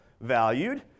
valued